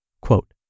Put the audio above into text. Quote